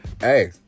Hey